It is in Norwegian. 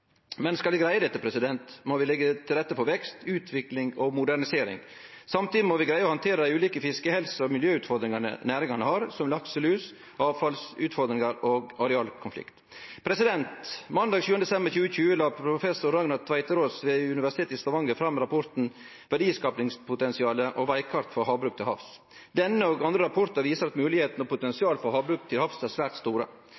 Skal vi greie dette, må vi leggje til rette for vekst, utvikling og modernisering. Samtidig må vi greie å handtere dei ulike fiskehelse- og miljøutfordringane næringa har, som lakselus, avfallsutfordringar og arealkonflikt. Måndag 7. desember 2020 la professor Ragnar Tveterås ved Universitet i Stavanger fram rapporten Verdiskapingspotensiale og veikart for havbruk til havs. Denne og andre rapportar viser at moglegheitene og